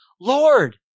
Lord